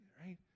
right